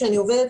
אני עובדת